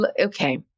Okay